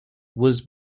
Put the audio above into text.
was